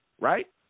right